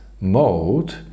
mode